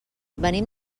venim